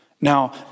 Now